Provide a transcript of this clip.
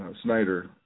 Snyder